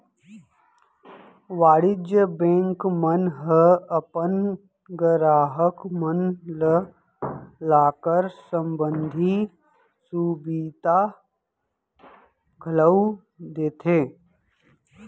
वाणिज्य बेंक मन ह अपन गराहक मन ल लॉकर संबंधी सुभीता घलौ देथे